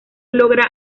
logra